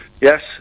Yes